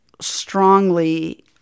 strongly